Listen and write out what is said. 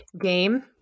Game